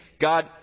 God